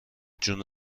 جون